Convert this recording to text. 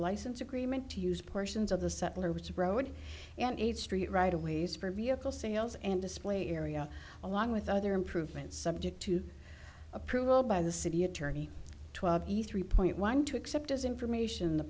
license agreement to use portions of the sutler which road an eighth street right away is for vehicle sales and display area along with other improvements subject to approval by the city attorney twelve three point one to accept as information the